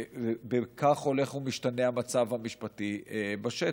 ובכך הולך ומשתנה המצב המשפטי בשטח.